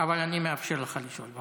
אבל אני מאפשר לך לשאול.